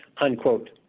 unquote